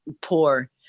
poor